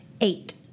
Eight